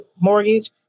mortgage